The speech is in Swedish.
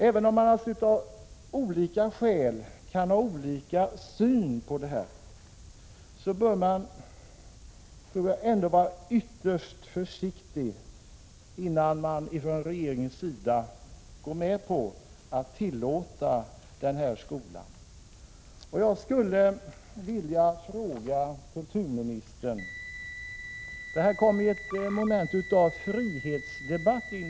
Även om man av olika skäl naturligtvis kan olika syn på den här frågan bör regeringen ändå vara ytterst försiktig, innan den går med på att tillåta den här skolan. Jag skulle vilja ställa en fråga till kulturministern. Det kommer ju in ett moment av frihetsdebatt i bilden.